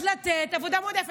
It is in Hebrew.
אז לתת עבודה מועדפת.